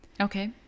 Okay